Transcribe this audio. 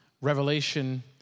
Revelation